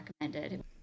recommended